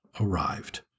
arrived